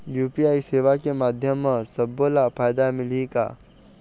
UPI सेवा के माध्यम म सब्बो ला फायदा मिलही का?